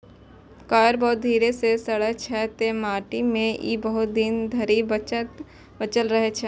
coir बहुत धीरे सं सड़ै छै, तें माटि मे ई बहुत दिन धरि बचल रहै छै